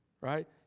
right